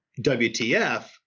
WTF